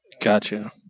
Gotcha